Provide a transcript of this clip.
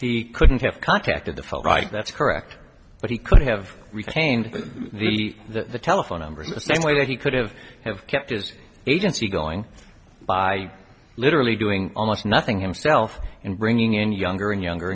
he couldn't have contacted the phone right that's correct but he could have retained the the telephone number the same way that he could have have kept as agency going by literally doing almost nothing himself and bringing in younger and younger